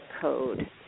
code